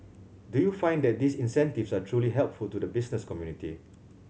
do you find that these incentives are truly helpful to the business community